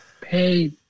Pay